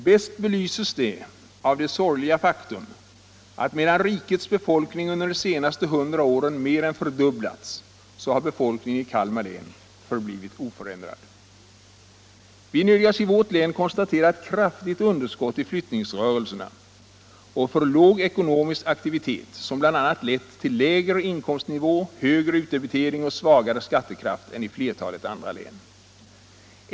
Bäst belyses den av det sorgliga faktum att medan rikets befolkning under de senaste 100 åren mer än fördubblats har befolkningen i Kalmar län förblivit oförändrad. Vi nödgas i vårt län konstatera ett kraftigt underskott i flyttningsrörelserna och för låg ekonomisk aktivitet, vilket bl.a. lett till lägre inkomstnivå, högre utdebitering och svagare skattekraft än i flertalet andra län.